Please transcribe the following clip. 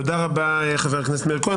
תודה רבה, חבר הכנסת מאיר כהן.